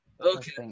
Okay